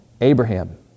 Abraham